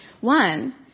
One